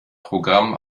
programm